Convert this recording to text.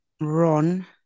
Ron